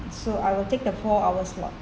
so I will take the four hour slot